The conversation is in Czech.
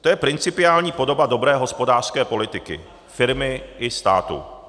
To je principiální podoba dobré hospodářské politiky firmy i státu.